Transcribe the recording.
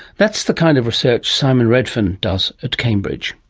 that's the kind of research simon redfern does at cambridge.